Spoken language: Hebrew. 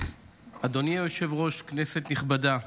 אדוני היושב-ראש, כנסת נכבדה,